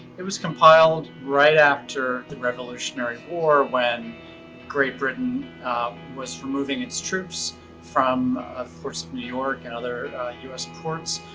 it was compiled right after the revolutionary war when great britain was removing its troops from of course new york and other us ports.